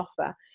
offer